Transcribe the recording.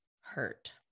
hurt